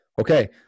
Okay